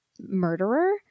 murderer